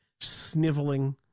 Sniveling